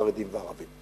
החרדים והערבים.